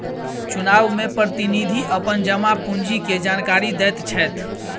चुनाव में प्रतिनिधि अपन जमा पूंजी के जानकारी दैत छैथ